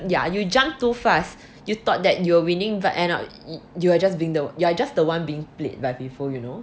yeah you jumped too fast you thought that you were winning but end up you were just being the you are just the one being played by people you know